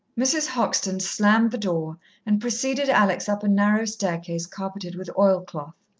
mrs. hoxton slammed the door and preceded alex up a narrow staircase, carpeted with oil-cloth.